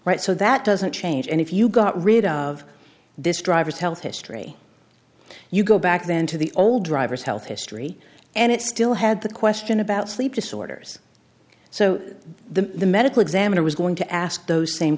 right so that doesn't change and if you got rid of this driver's health history you go back then to the old driver's health history and it still had the question about sleep disorders so the the medical examiner was going to ask those same